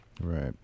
Right